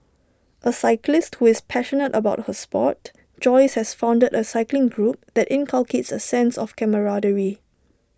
A cyclist who is passionate about her Sport Joyce has founded A cycling group that inculcates A sense of camaraderie